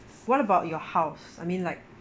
what about your house I mean like